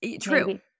True